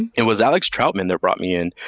and it was alex troutman that brought me in.